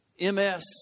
MS